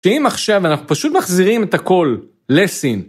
ואם עכשיו, אנחנו פשוט מחזירים את הכל לסין.